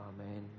Amen